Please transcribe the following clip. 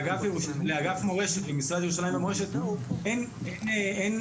לאגף מורשת במשרד ירושלים ומורשת אין אכיפה,